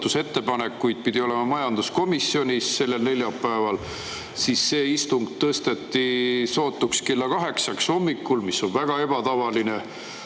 pidi olema majanduskomisjonis arutusel sellel neljapäeval, siis see istung tõsteti sootuks kella kaheksaks hommikul, mis on väga ebatavaline.